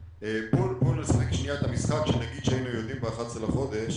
בואו נשחק לשנייה את המשחק שהיינו יודעים ב-11 לחודש